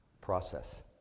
process